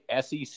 SEC